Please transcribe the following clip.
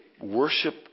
worship